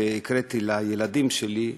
הקראתי לילדים שלי,